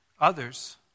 others